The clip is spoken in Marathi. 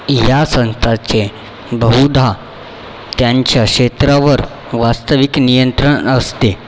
या संस्थाचे बहुधा त्यांच्या क्षेत्रावर वास्तविक नियंत्रण असते